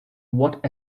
what